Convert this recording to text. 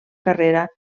carrera